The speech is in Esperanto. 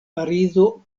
parizo